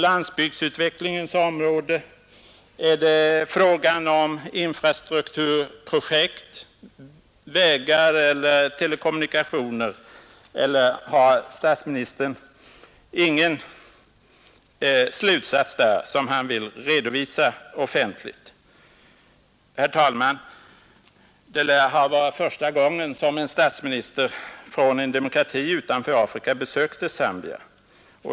Landsbygdens utvecklingsområde? Infrastrukturprojekt, t.ex. i fråga om vägar eller telekommunikationer? Har statsministern ingen slutsats som han vill redovisa offentligt? Herr talman! Det lär vara första gången som en statsminister från en demokrati utanför Afrika besökte Zambia.